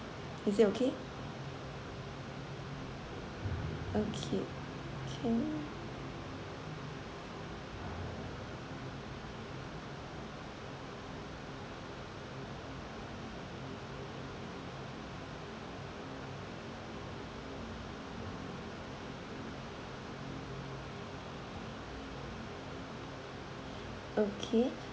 is it okay okay can okay